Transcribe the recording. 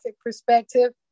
perspective